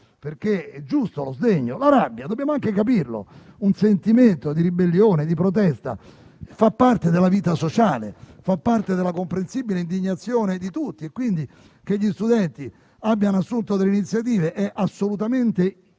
che vi sia lo segno e la rabbia e dobbiamo anche capirlo: è un sentimento di ribellione e di protesta che fa parte della vita sociale e della comprensibile indignazione di tutti. Quindi, che gli studenti abbiano assunto delle iniziative è assolutamente comprensibile;